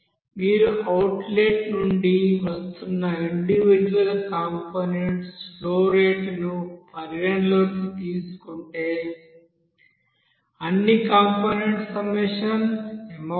మీరు అవుట్లెట్ నుండి వస్తున్న ఇండివిజువల్ కంపోనెంట్స్ ఫ్లో రేటును పరిగణనలోకి తీసుకుంటే అన్ని కంపోనెంట్స్ సమ్మషన్ mout